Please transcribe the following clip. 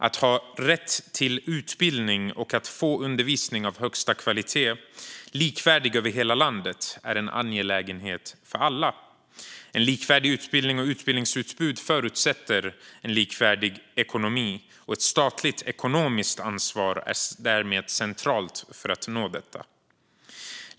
Att ha rätt till utbildning och att få undervisning av högsta kvalitet likvärdigt över hela landet är en angelägenhet för alla. En likvärdig utbildning och ett likvärdigt utbildningsutbud förutsätter en likvärdig ekonomi, och ett statligt ekonomiskt ansvar är därmed centralt för att nå detta.